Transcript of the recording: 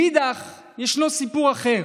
מאידך, ישנו סיפור אחר: